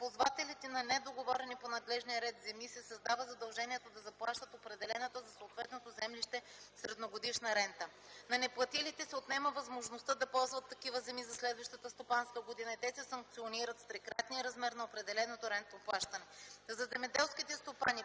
ползвателите на недоговорени по надлежния ред земи се създава задължението да заплащат определената за съответното землище средногодишна рента. На неплатилите се отнема възможността да ползват такива земи за следващата стопанска година и те се санкционират с трикратния размер на определеното рентно плащане.